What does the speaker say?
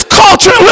culture